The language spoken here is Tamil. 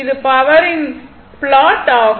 இது பவரின் ப்லாட் ஆகும்